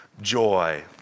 joy